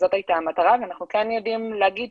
אנחנו כן יודעים להגיד